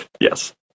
Yes